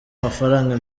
mafaranga